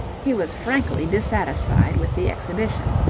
he was frankly dissatisfied with the exhibition.